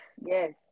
yes